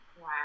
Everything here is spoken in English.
Wow